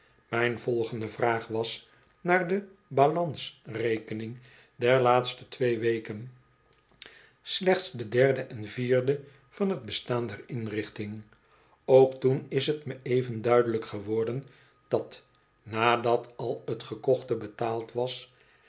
mijn volgende vraag was naar de balance rekening der laatste twee weken slechts de derde en vierde van het bestaan der inrichting ook toen is t me even duidelijk geworden dat nadat al t gekochte betaald was